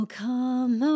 come